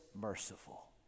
merciful